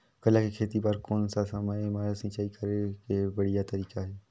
करेला के खेती बार कोन सा समय मां सिंचाई करे के बढ़िया तारीक हे?